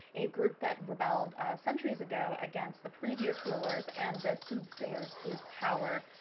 a group that rebelled centuries ago against the previous rulers and the soothsayers whose power,